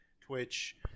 Twitch